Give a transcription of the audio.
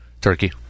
Turkey